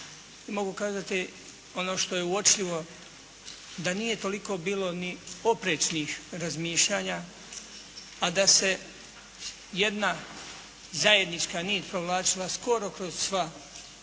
mogu kazati, ono što je uočljivo, da nije toliko bilo ni poprečnih razmišljanja a da se jedna zajednička nit provlačila skoro kroz sva